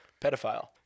pedophile